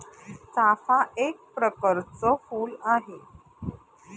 चाफा एक प्रकरच फुल आहे